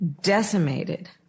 decimated